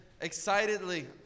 excitedly